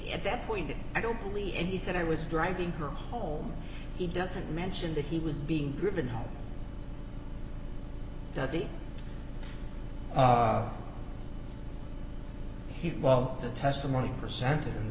at that point i don't believe in he said i was driving her home he doesn't mention that he was being driven home does he he well the testimony presented in